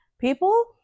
People